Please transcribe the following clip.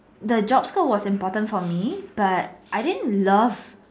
the job scope was important for me but I didn't love